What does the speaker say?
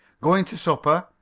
going to supper?